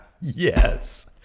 Yes